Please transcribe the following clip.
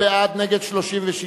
בעד, 56, נגד, 36,